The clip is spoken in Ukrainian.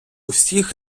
всіх